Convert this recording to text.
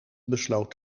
besloot